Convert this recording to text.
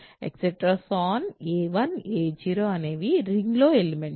a 1 a 0 అనేవి ring లో elements